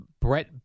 Brett